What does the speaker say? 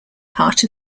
part